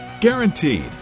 Guaranteed